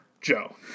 Joe